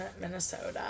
Minnesota